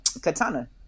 Katana